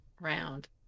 round